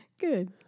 Good